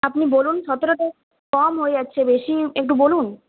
আপনি বলুন সতেরোটা একটু কম হয়ে যাচ্ছে বেশি একটু বলুন